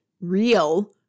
real